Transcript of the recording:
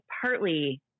partly